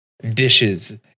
Dishes